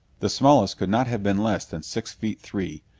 the smallest could not have been less than six feet three,